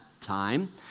time